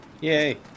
Yay